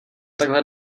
takhle